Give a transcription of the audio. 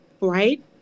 right